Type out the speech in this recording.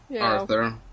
Arthur